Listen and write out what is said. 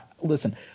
listen